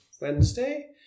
Wednesday